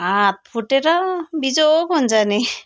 हात फुटेर बिजोग हुन्छ नि